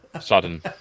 sudden